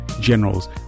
GENERALS